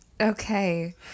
Okay